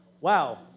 Wow